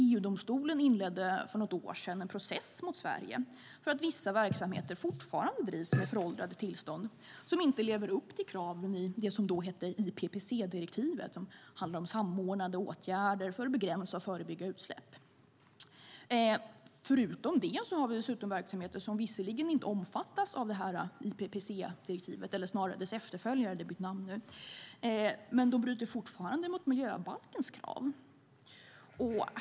EU-domstolen inledde för något år sedan en process mot Sverige för att vissa verksamheter fortfarande drivs med föråldrade tillstånd som inte lever upp till kraven i det som då hette IPPC-direktivet som handlar om samordnade åtgärder för att begränsa och förebygga utsläpp. Förutom det har vi verksamheter som visserligen inte omfattas av IPPC-direktivet, eller snarare dess efterföljare, för det har bytt namn nu, men fortfarande bryter mot miljöbalkens krav.